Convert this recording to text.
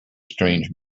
strange